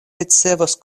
ricevos